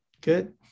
good